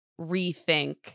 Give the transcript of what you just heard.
rethink